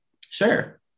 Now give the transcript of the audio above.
Sure